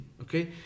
Okay